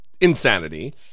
insanity